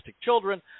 children